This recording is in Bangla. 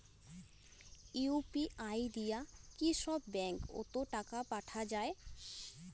ইউ.পি.আই দিয়া কি সব ব্যাংক ওত টাকা পাঠা যায়?